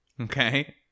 Okay